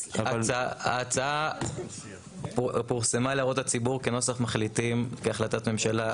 ההצעה פורסמה להערות הציבור כנוסח מחליטים כהחלטת ממשלה.